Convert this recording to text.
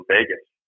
Vegas